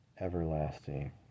everlasting